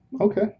Okay